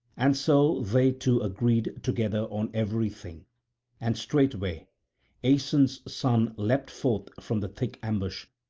and so they two agreed together on everything and straightway aeson's son leapt forth from the thick ambush,